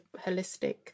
holistic